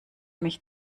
mich